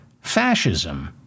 fascism